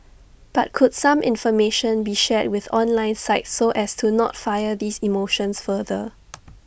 but could some information be shared with online sites so as to not fire these emotions further